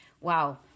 wow